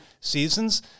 seasons